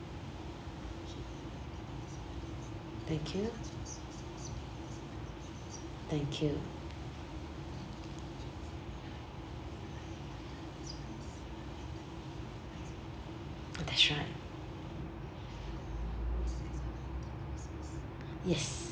thank you thank you that's right yes